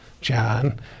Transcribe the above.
John